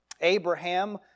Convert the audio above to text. Abraham